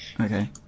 okay